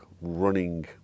running